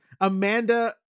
Amanda